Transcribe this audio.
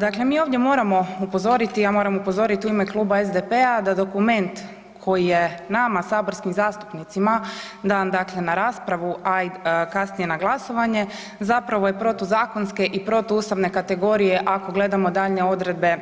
Dakle, mi ovdje moramo upozoriti, ja moram upozorit u ime Kluba SDP-a da dokument koji je nama saborskim zastupnicima dan dakle na raspravu, a i kasnije na glasovanje, zapravo je protuzakonske i protuustavne kategorije ako gledamo daljnje odredbe